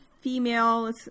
female